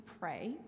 pray